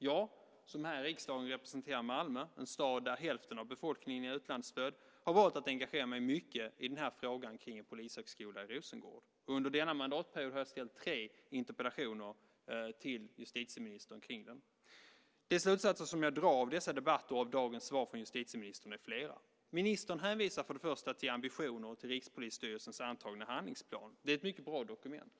Jag, som här i riksdagen representerar Malmö, en stad där hälften av befolkningen är utlandsfödd, har valt att engagera mig mycket i den här frågan om en polishögskola i Rosengård. Under denna mandatperiod har jag ställt tre interpellationer till justitieministern kring detta. De slutsatser som jag drar av dessa debatter och av dagens svar från justitieministern är flera. Ministern hänvisar först och främst till ambitioner och till Rikspolisstyrelsens antagna handlingsplan. Det är ett mycket bra dokument.